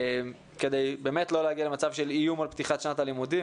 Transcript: כדי לא להגיע למצב של איום על פתיחת שנת הלימודים.